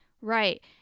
Right